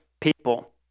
people